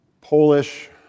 Polish